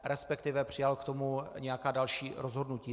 Respektive přijal k tomu nějaká další rozhodnutí.